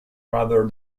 rather